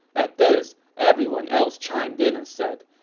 at this, everyone else chimed in and said,